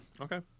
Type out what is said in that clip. Okay